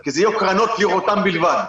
כי אלה קרנות לראותן בלבד.